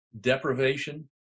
deprivation